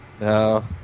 No